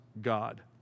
God